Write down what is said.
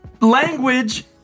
language